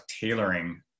tailoring